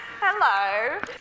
Hello